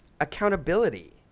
accountability